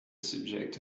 subject